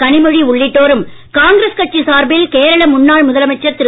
கனிமொழி உள்ளிட்டோரும் காங்கிரஸ் கட்சி சார்பில் கேரள முன்னாள் முதலமைச்சர் திரு